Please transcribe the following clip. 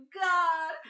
god